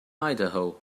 idaho